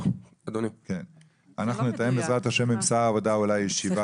אולי נתאם עם שר העבודה ישיבה בעניין לאחר פסח.